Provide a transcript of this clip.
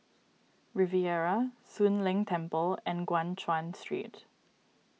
Riviera Soon Leng Temple and Guan Chuan Street